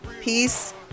peace